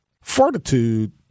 fortitude